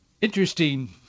Interesting